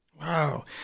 Wow